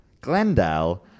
Glendale